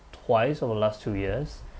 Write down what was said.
twice over the last two years